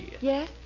Yes